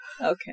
Okay